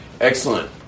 Excellent